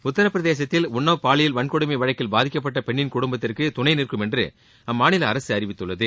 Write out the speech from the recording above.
உத்தரப் பிரதேசத்தில் உள்ளவ் பாலியல் வள்கொடுமை வழக்கில் பாதிக்கப்பட்ட பெண்ணின் குடும்பத்திற்கு துணை நிற்கும் என்று அம்மாநில அரசு அறிவித்துள்ளது